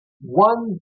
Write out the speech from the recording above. one